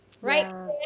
right